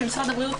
שמשרד הבריאות,